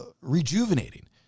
rejuvenating